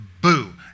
boo